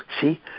See